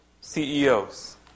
CEOs